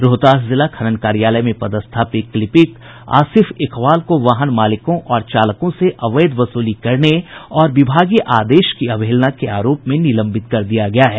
रोहतास जिला खनन कार्यालय में पदस्थापित लिपिक आसिफ इकबाल को वाहन मालिकों और चालकों से अवैध वसूली करने और विभागीय आदेश की अवहेलना के आरोप में निलंबित कर दिया गया है